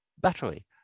battery